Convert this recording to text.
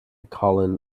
colin